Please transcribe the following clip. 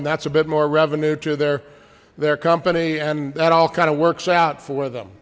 and that's a bit more revenue to their their company and that all kind of works out for them